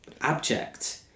abject